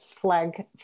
flag